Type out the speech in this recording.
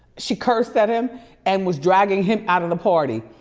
she cursed at him and was dragging him out of the party.